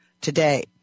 today